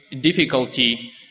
difficulty